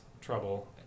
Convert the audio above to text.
trouble